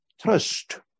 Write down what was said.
trust